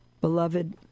Beloved